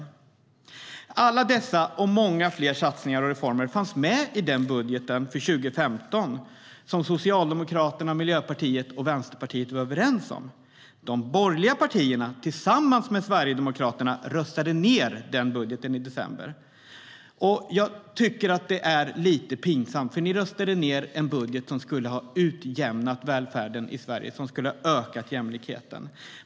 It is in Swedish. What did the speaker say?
Alla dessa och många fler satsningar och reformer fanns med i den budget för 2015 som Socialdemokraterna, Miljöpartiet och Vänsterpartiet var överens om. De borgerliga partierna röstade tillsammans med Sverigedemokraterna ned den budgeten i december. Jag tycker att det är lite pinsamt, för ni röstade ned en budget som skulle ha utjämnat välfärden i Sverige. Den skulle ha ökat jämlikheten.